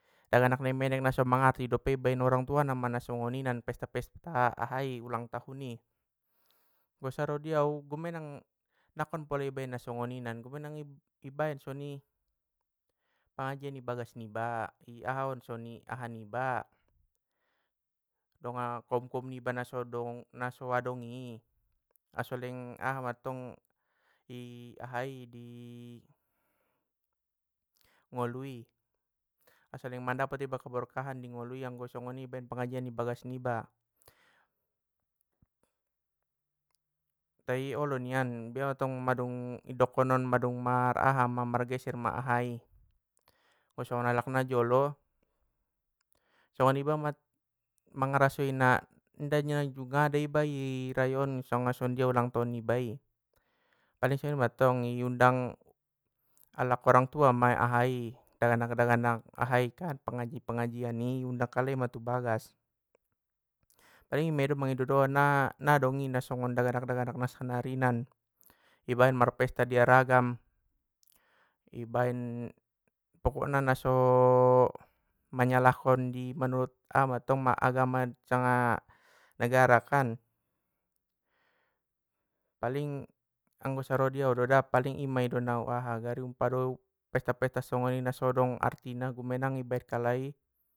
Daganak saing menek na somangarti dope i baen orang tuana ma na songoninan pesta pesta ahai ulang tahun, pula saro di au umenang- nangkon pola i baen na songoninan, i baen songoni pengajian i bagas niba, i ahaon songoni aha niba, dong- koum koum niba nasodo- nausoadong i aso leng aha mantong, di ahai di ngolui, aso leng dapot iba keberkahan di nggolu i anggo songoni i baen pengajian i bagas niba. Tai olo nian bia mantong madung i dokon on mandung mar aha ma margeser ma aha, i songon alak na jolo, songon iba mat- mangarasoina inda nya jungada iba i rayoon sanga songon jia ulang tahun niba i, paling songoni mattong i undang alak orang tua ma ahai daganak daganak ahai pengajian i undang kalai ma tubagas, paling imia mangido doah na dong i nasongon daganak daganak na sannarian i baen marpesta i aragam i baen pokokna naso menyalahkon di manurut aha mantong agama sanga negara kan, paling anggo saro di au do da paling ima i do au ima gari u aha gari pesta pesta na so dong artina dung megan i baen kalai.